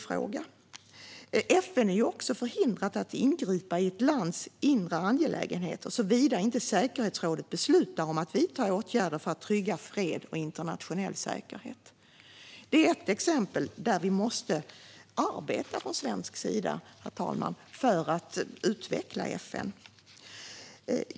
FN är också förhindrat att ingripa i ett lands inre angelägenheter såvida inte säkerhetsrådet beslutar om att vidta åtgärder för att trygga fred och internationell säkerhet. Det är ett exempel, herr talman, där vi från svensk sida måste arbeta för att utveckla FN.